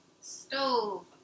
stove